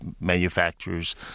manufacturers